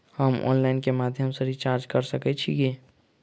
हम ऑनलाइन केँ माध्यम सँ रिचार्ज कऽ सकैत छी की?